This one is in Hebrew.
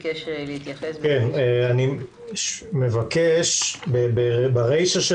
אני מבקש ברישה של